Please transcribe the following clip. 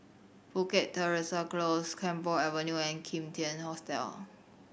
Bukit Teresa Close Camphor Avenue and Kim Tian Hotel